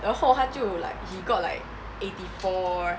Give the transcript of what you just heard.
然后他就 like he got like eighty four